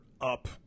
up